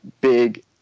big